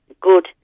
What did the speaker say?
good